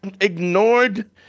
ignored